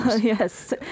Yes